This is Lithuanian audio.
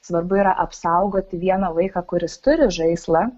svarbu yra apsaugoti vieną vaiką kuris turi žaislą